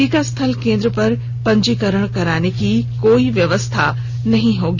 टीकास्थल केन्द्र पर पंजीकरण कराने की कोई व्यवस्था नहीं होगी